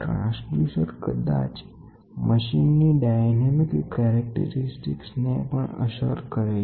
transducer કદાચ મશીનની ચલિત લાક્ષણિકતાઓ ને પણ અસર કરે છે